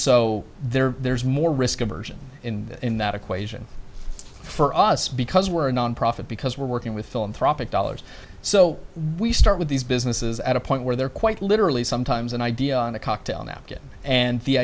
so they're there's more risk aversion in in that equation for us because we're a nonprofit because we're working with philanthropic dollars so we start with these businesses at a point where they're quite literally sometimes an idea on a cocktail napkin and the